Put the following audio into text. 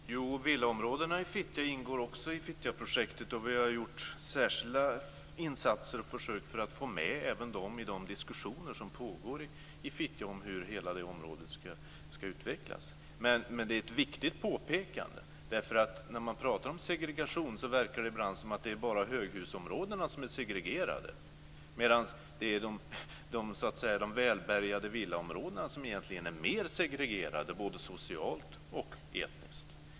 Fru talman! Villaområdena ingår också i Fittjaprojektet. Vi har gjort särskilda insatser och försökt få med även dem i de diskussioner som pågår i Fittja om hur hela det området ska utvecklas. Det är ett viktigt påpekande. När man pratar om segregation verkar det ibland som att det är bara höghusområdena som är segregerade, men de välbärgade villaområdena är mer segregerade, både socialt och etniskt.